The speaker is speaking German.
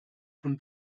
von